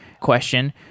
question